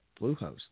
Bluehost